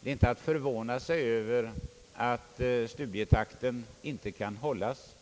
Det är inte att förvåna sig över att studietakten inte kan hållas